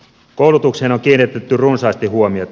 koulutukseen on kiinnitetty runsaasti huomiota